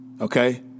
Okay